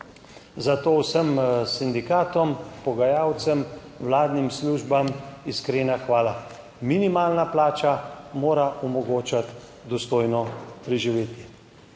Zato vsem sindikatom, pogajalcem, vladnim službam iskrena hvala. Minimalna plača mora omogočiti dostojno preživetje.